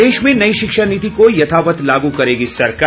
प्रदेश में नई शिक्षा नीति को यथावत लागू करेगी सरकार